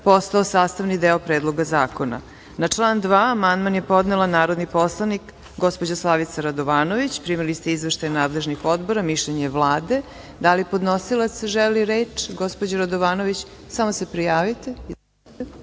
postao sastavni deo Predloga zakona. Na član 2. amandman je podnela narodni poslanik gospođa Slavica Radovanović. Primili ste izveštaj nadležnih odbora, mišljenje Vlade. Da li podnosilac želi reč? Izvolite. **Slavica Radovanović**